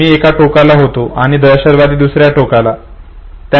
मी एका टोकाला होतो आणि दहशतवादी दुसर्या टोकाला होते